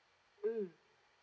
mm